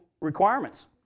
requirements